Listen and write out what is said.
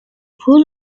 پول